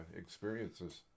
experiences